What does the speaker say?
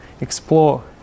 explore